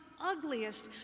ugliest